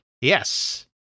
Yes